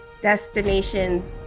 destinations